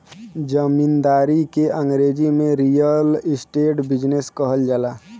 जमींदारी के अंगरेजी में रीअल इस्टेट बिजनेस कहल जाला